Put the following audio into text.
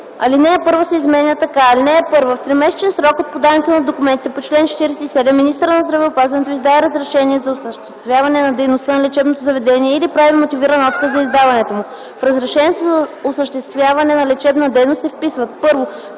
Алинея 1 се изменя така: „(1) В тримесечен срок от подаване на документите по чл. 47 министърът на здравеопазването издава разрешение за осъществяване на дейността на лечебното заведение или прави мотивиран отказ за издаването му. В разрешението за осъществяване на лечебна дейност се вписват: